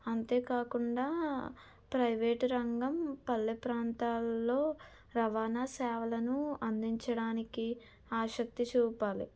అంతేకాకుండా ప్రైవేట్ రంగం పల్లె ప్రాంతాల్లో రవాణా సేవలను అందించడానికి ఆసక్తి చూపాలి